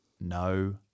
No